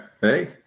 Hey